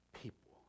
people